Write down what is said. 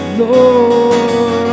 Lord